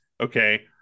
Okay